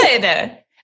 good